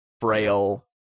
frail